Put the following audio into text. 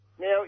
Now